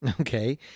Okay